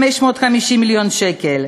550 מיליון שקל,